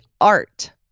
art